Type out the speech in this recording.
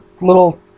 little